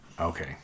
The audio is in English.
Okay